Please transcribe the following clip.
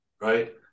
right